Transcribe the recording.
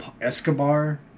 Escobar